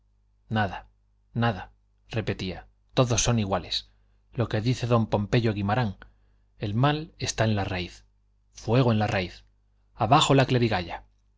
nada nada repetía todos son iguales lo que dice don pompeyo guimarán el mal está en la raíz fuego en la raíz abajo la